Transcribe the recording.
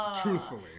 Truthfully